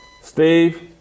Steve